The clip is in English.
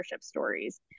stories